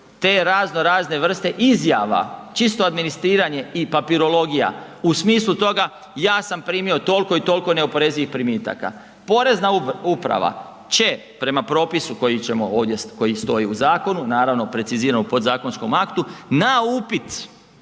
te razno razne vrste izjava, čisto administriranje i papirologija u smislu toga, ja sam primio toliko i toliko neoporezivih primitaka. Porezna uprava će prema propisu koji ćemo ovdje, koji stoji u zakonu, naravno, precizirano podzakonskom aktu, na upit